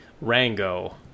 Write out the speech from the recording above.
Rango